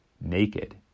naked